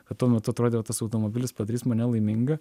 kad tuo metu atrodė tas automobilis padarys mane laimingą